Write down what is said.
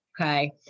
okay